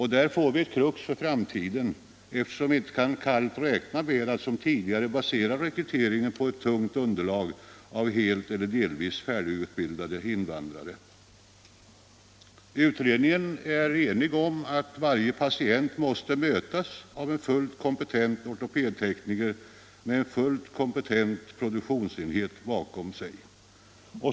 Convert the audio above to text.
Här får vi ett krux i framtiden, eftersom vi inte kallt kan räkna med att som tidigare basera rekryteringen på ett tungt inslag av helt eller delvis färdigutbildade invandrare. Utredningen är enig om att varje patient måste mötas av en fullt kompetent ortopedskotekniker med en fullt kompetent produktionsenhet bakom sig.